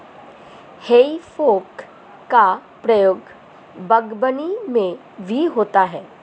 हेइ फोक का प्रयोग बागवानी में भी होता है